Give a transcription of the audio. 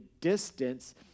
distance